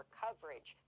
coverage